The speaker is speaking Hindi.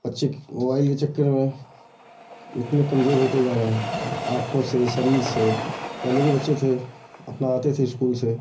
बच्चे मोबाइल के चक्कर में इतने कमजोर होते जा रहे हैं आँखों से शरीर से पहले के बच्चे थे अपना आते थे स्कूल से